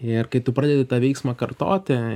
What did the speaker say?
ir kai tu pradedi tą veiksmą kartoti